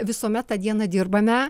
visuomet tą dieną dirbame